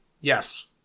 Yes